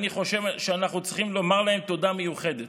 אני חושב שאנחנו צריכים לומר להם תודה מיוחדת.